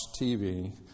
TV